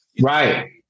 right